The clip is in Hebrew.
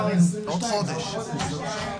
אני בתוך הקואליציה משתדל לעבוד לא פחות מכם בנושא הזה